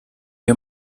you